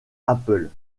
apple